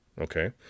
Okay